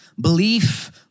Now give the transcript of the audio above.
Belief